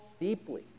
deeply